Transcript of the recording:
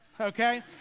Okay